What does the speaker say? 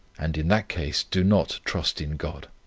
and in that case do not trust in god.